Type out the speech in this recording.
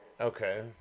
Okay